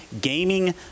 gaming